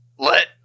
Let